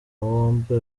bombi